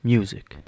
Music